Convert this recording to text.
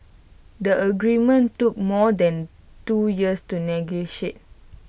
the agreement took more than two years to negotiate